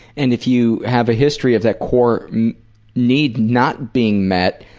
and if you have a history of that core need not being met,